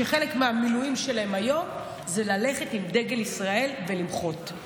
שחלק מהמילואים שלהם היום הוא ללכת עם דגל ישראל ולמחות.